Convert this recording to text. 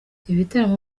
ibitaramo